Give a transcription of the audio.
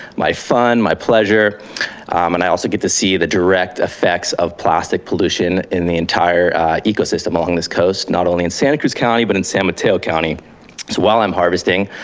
my fun, my pleasure and i also get to see the direct direct effects of plastic pollution in the entire ecosystem along this coast. not only in santa cruz county but in san mateo county. so while i'm harvesting,